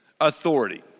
authority